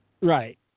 Right